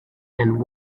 and